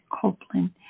Copeland